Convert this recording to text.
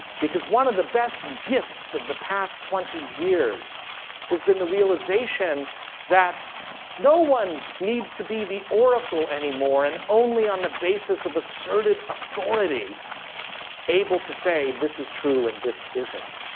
because one of the best gifts of the past twenty years has been the realization that no one needs to be the oracle anymore and only on the basis of asserted authority able to say, this is true and this isn't.